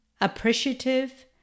appreciative